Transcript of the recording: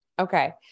Okay